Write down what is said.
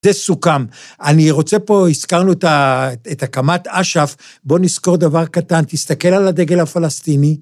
זה סוכם, אני רוצה פה, הזכרנו את הקמת אש"ף, בוא נזכור דבר קטן, תסתכל על הדגל הפלסטיני.